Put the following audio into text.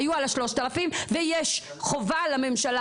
היו על ה-3,000 ויש חובה על הממשלה,